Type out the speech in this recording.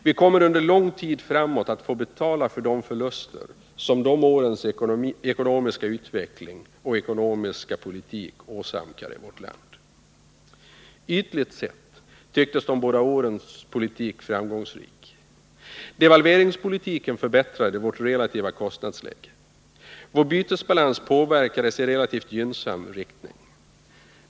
Vi kommer under lång tid framåt att få betala för de förluster som de årens ekonomiska utveckling och ekonomiska politik åsamkade vårt land. Ytligt sett tycktes de båda årens politik framgångsrik. Devalveringspolitiken förbättrade vårt relativa kostnadsläge. Vår bytesbalans påverkades i relativt gynnsam riktning.